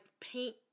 Paint